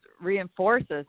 reinforces